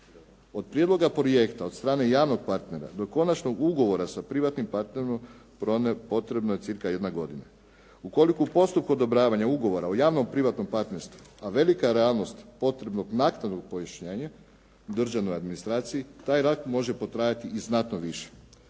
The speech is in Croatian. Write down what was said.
od prijedloga projekta od strane javnog partnera do konačnog ugovora sa privatnim partnerom potrebno je cca jedna godina. Ukoliko u postupku odobravanja ugovora o javno-privatnom partnerstvu, a velika je realnost potrebnog naknadnog pojašnjenja državnoj administraciji taj rad može potrajati i znatno više.